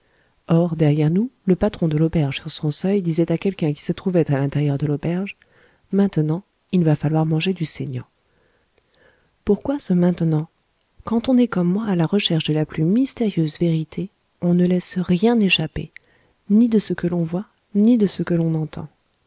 or derrière nous le patron de l'auberge sur son seuil disait à quelqu'un qui se trouvait à l'intérieur de l'auberge maintenant il va falloir manger du saignant pourquoi ce maintenant quand on est comme moi à la recherche de la plus mystérieuse vérité on ne laisse rien échapper ni de ce que l'on voit ni de ce que l'on entend